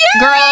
girl